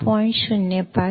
05